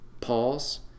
Pause